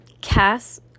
Cass